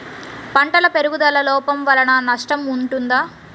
పంటల పెరుగుదల లోపం వలన నష్టము ఉంటుందా?